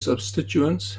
substituents